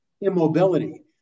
immobility